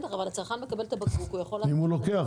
אבל הצרכן מקבל את הבקבוק הוא יכול להחזיר.